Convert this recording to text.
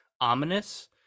ominous